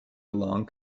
along